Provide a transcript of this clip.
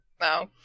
no